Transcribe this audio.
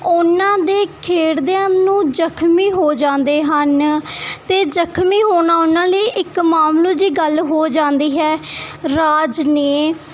ਉਹਨਾਂ ਦੇ ਖੇਡਦਿਆਂ ਨੂੰ ਜ਼ਖਮੀ ਹੋ ਜਾਂਦੇ ਹਨ ਅਤੇ ਜ਼ਖਮੀ ਹੋਣਾ ਉਹਨਾਂ ਲਈ ਇੱਕ ਮਾਮੂਲੀ ਜਿਹੀ ਗੱਲ ਹੋ ਜਾਂਦੀ ਹੈ ਰਾਜ ਨੇ